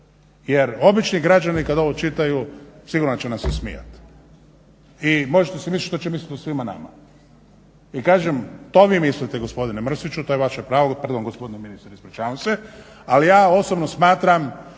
Jer obični građani kad ovo čitaju sigurno će nam se smijati. I možete si misliti što će misliti o svima nama. I kažem to vi mislite gospodine Mrsiću, to je vaše pravo, pardon gospodine ministre, ispričavam se, ali ja osobno smatram